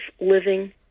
living